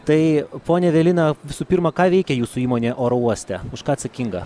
tai ponia evelina visų pirma ką veikia jūsų įmonė oro uoste už ką atsakinga